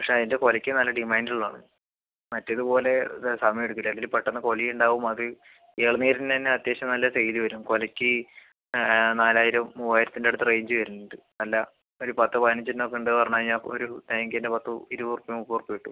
പക്ഷെ അതിൻ്റെ കുലയ്ക്ക് നല്ല ഡിമാൻഡ് ഉള്ളതാണ് മറ്റേത് പോലെ സമയം എടുക്കില്ല ഇതിൽ പെട്ടെന്ന് കുല ഉണ്ടാകും അത് എളനീരിനു തന്നെ അത്യാവശ്യം നല്ല സെയിൽ വരും കുലയ്ക്ക് നാലായിരം മൂവായിരത്തിൻ്റെ അടുത്ത് റേഞ്ച് വരുന്നുണ്ട് നല്ല ഒരു പത്ത് പതിനഞ്ചെണ്ണമൊക്കെ ഉണ്ട് പറഞ്ഞു കഴിഞ്ഞാൽ ഒരു തേങ്ങക്ക് തന്നെ പത്തോ ഇരുപതുർപ്യ മുപ്പതുർപ്യ കിട്ടും